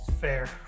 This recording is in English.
Fair